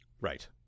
Right